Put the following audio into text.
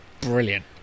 brilliant